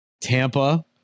Tampa